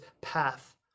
path